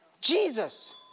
Jesus